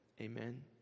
Amen